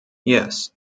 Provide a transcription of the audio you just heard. yes